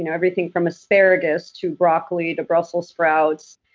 and everything from asparagus to broccoli to brussels sprouts.